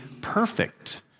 perfect